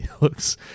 looks